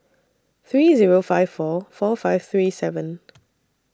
three Zero five four four five three seven